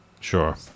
sure